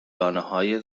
دانههای